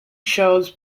shows